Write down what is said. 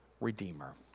Redeemer